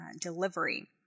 delivery